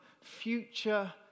future